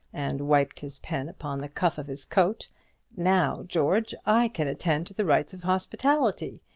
and wiped his pen upon the cuff of his coat now, george, i can attend to the rights of hospitality.